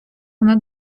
вона